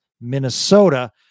minnesota